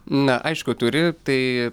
na aišku turi tai